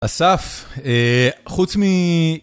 אסף, חוץ מ...